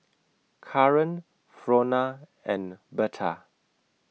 Kaaren Frona and Berta